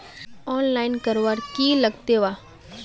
Online करवार की लगते वा?